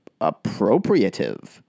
appropriative